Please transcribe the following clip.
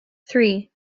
three